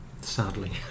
sadly